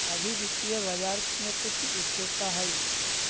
अभी वित्तीय बाजार में कुछ स्थिरता हई